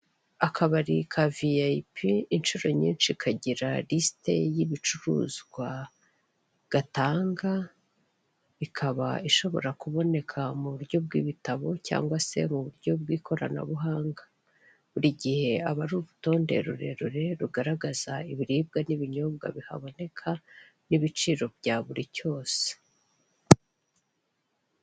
Akabari ka viyayipi inshuro nyinshi kagira lisite y'ibicuruzwa gatanga, ikaba ishobora kuboneka mu buryo bw'ibitabo cyangwase mu buryo bw'ikoranabuhanga. Buri gihe aba ari urutonde rurerure rugaragaza ibiribwa n'ibinyobwa bihaboneka, n'ibiciro bya buri cyose.